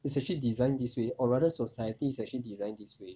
it's actually designed this way or rather society's actually designed this way